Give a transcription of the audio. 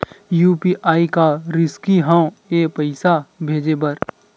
UPI का रिसकी हंव ए पईसा भेजे बर?